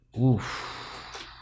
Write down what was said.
Oof